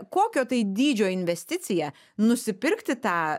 kokio tai dydžio investicija nusipirkti tą